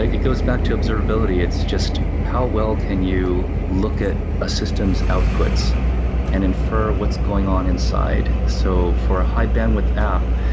it goes back to observability. it's just how well can you look at a systems outputs and infer what's going on inside. so for a high-bandwidth app,